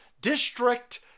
district